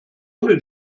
ohne